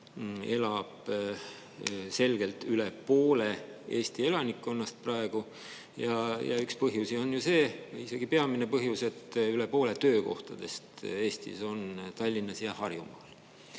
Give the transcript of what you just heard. elab selgelt üle poole Eesti elanikkonnast praegu, ja üks põhjusi on see, isegi peamine põhjus, et üle poole töökohtadest Eestis on Tallinnas ja Harjumaal.